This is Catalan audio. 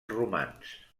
romans